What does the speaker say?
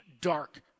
dark